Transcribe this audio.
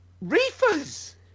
reefers